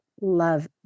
love